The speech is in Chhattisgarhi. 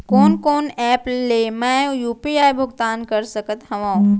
कोन कोन एप ले मैं यू.पी.आई भुगतान कर सकत हओं?